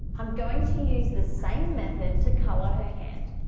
i'm going to use the same method to color her hand.